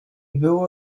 było